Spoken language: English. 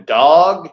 dog